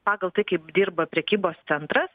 pagal tai kaip dirba prekybos centras